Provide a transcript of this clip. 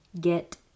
Get